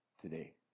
today